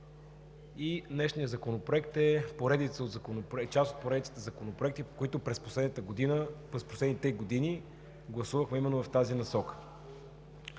Днешният Законопроект е част от поредицата законопроекти, които през последните години гласувахме именно в тази насока.